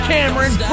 Cameron